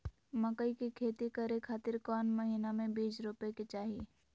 मकई के खेती करें खातिर कौन महीना में बीज रोपे के चाही?